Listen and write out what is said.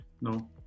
No